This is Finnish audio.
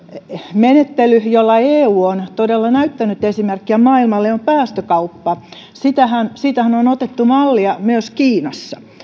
menettely jolla eu on todella näyttänyt esimerkkiä maailmalle on päästökauppa siitähän siitähän on otettu mallia myös kiinassa